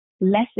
less